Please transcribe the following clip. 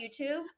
youtube